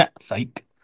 psych